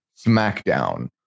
SmackDown